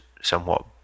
somewhat